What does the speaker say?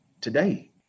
today